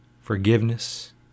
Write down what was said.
Forgiveness